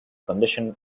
condition